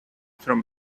from